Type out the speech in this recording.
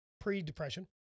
pre-depression